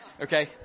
okay